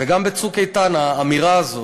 וגם ב"צוק איתן", האמירה הזאת,